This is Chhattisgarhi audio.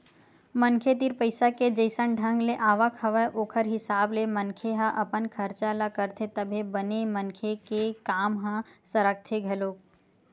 मनखे तीर पइसा के जइसन ढंग ले आवक हवय ओखर हिसाब ले मनखे ह अपन खरचा ल करथे तभे बने मनखे के काम ह सरकथे घलोक